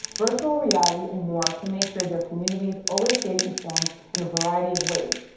virtual reality and more to make sure their communities always stayed informed in a variety of ways.